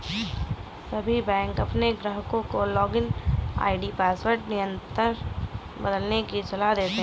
सभी बैंक अपने ग्राहकों को लॉगिन आई.डी पासवर्ड निरंतर बदलने की सलाह देते हैं